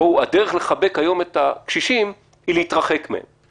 הדרך לחבק היום את הקשישים היא להתרחק מהם.